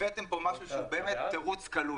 הבאתם לכאן משהו שבאמת התירוץ קלוש.